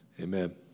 amen